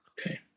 Okay